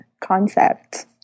concept